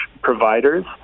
providers